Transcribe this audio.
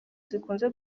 zikunze